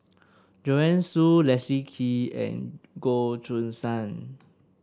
Joanne Soo Leslie Kee and Goh Choo San